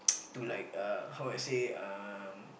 to like uh how to say um